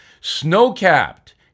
snow-capped